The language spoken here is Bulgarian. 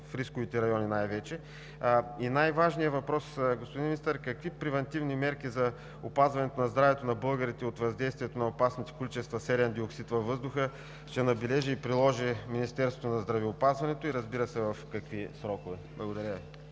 в рисковите райони най-вече? Най-важният въпрос, господин Министър, е: какви превантивни мерки за опазването на здравето на българите от въздействието на опасните количества серен диоксид във въздуха ще набележи и приложи Министерството на здравеопазването и, разбира се, в какви срокове? Благодаря